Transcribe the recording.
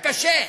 היה קשה.